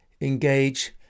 Engage